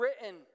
written